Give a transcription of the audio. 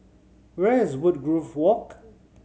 where is Woodgrove Walk